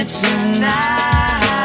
tonight